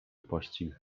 pościg